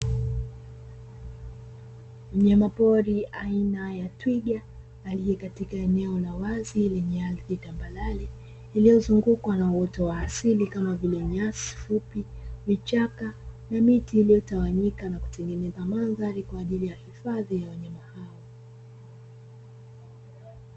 Mnyama pori aina ya twiga aliye katika eneo la wazi lenye ardhi tambarare, iliyozungukwa na uoto wa asili kama vile nyasi fupi, vichaka, na miti iliyotawanyika, na kutengeneza mandhari kwa ajili hifadhi ya wanyama hao.